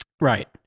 Right